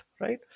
right